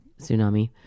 Tsunami